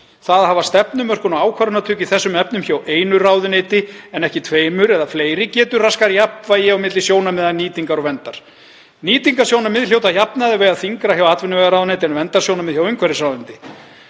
að hafa stefnumörkun og ákvarðanatöku í þessum efnum hjá einu ráðuneyti en ekki tveimur eða fleiri getur raskað jafnvægi milli sjónarmiða nýtingar og verndar. Nýtingarsjónarmið hljóta að jafnaði að vega þyngra hjá atvinnuvegaráðuneyti en verndarsjónarmið hjá umhverfisráðuneyti.